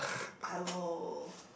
I will